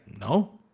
no